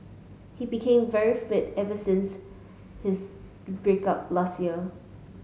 he became very fit ever since his break up last year